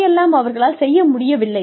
எதையெல்லாம் அவர்களால் செய்ய முடியவில்லை